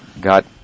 got